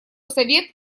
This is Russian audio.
совет